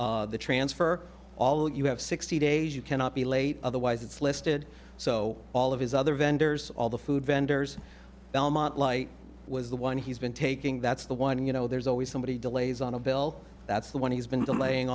the the transfer all you have sixty days you cannot be late otherwise it's listed so all of his other vendors all the food vendors belmont light was the one he's been taking that's the one you know there's always somebody delays on a bill that's the one he's been laying